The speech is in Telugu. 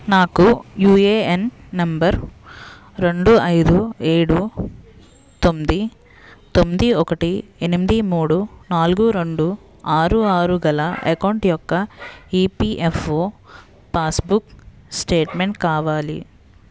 నాకు యూఏఎన్ నంబరు రెండు ఐదు ఏడు తొమ్మిది తొమ్మిది ఒకటి ఎనిమిది మూడు నాలుగు రెండు ఆరు ఆరు గల అకౌంట్ యొక్క ఈపిఎఫ్ఒ పాస్బుక్ స్టేట్మెంట్ కావాలి